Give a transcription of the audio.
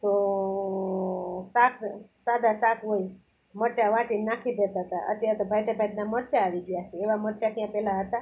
તો શાક સાદાં શાક હોય મરચાં વાટીને નાખી દેતાં હતાં અત્યારે તો ભાતે ભાતનાં મરચાં આવી ગયાં છે એવાં મરચાં ક્યાં પહેલાં હતા